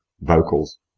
vocals